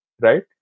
right